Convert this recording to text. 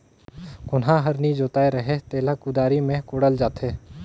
कोनहा हर नी जोताए रहें तेला कुदारी मे कोड़ल जाथे